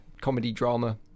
comedy-drama